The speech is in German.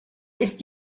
ist